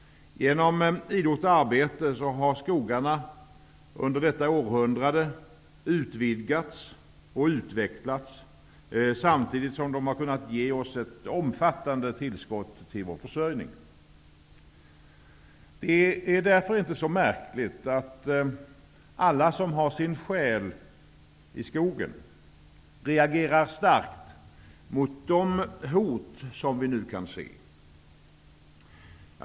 Genom idogt arbete har skogarna under detta århundrade utvidgats och utvecklats, samtidigt som de har kunnat ge ett omfattande tillskott till vår försörjning. Det är därför inte så märkligt att alla som har sin själ i skogen reagerar starkt på de hot som vi nu kan se.